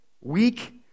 weak